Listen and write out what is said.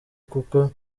kuko